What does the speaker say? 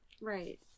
Right